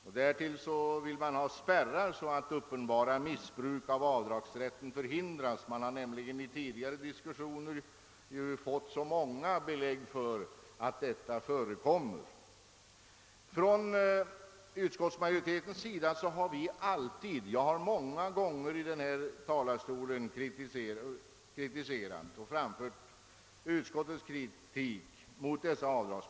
Därtill vill man ha spärrar så att uppenbara missbruk av avdragsrätten förhindras. Man har nämligen vid tidigare diskussioner fått så många belägg för att detta förekommer. Från utskottsmajoritetens sida har vi alltid framfört kritik mot dessa avdragsbestämmelser. Själv har jag gjort det många gånger från denna talarstol.